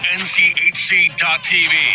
nchc.tv